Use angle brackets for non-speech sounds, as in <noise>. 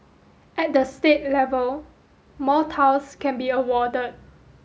at the state level more <unintelligible> can be awarded